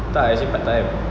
tak as in part time